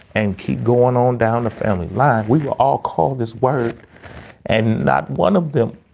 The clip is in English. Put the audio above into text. and keep going on down a family line. we were all called this word and not one of them.